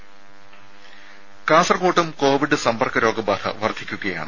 രുമ കാസർകോട്ടും കോവിഡ് സമ്പർക്ക രോഗബാധ വർദ്ധിക്കുകയാണ്